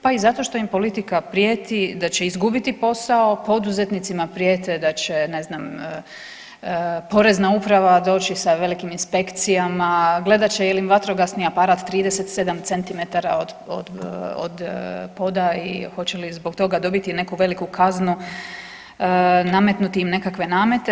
Pa i zato što im politika prijeti da će izgubiti posao, poduzetnicima prijete da će, ne znam, porezna uprava doći sa velikim inspekcijama, gledat će je li im vatrogasni aparat 37 centimetara od poda i hoće li zbog toga dobiti neku veliku kaznu, nametnuti im nekakve namete.